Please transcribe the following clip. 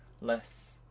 less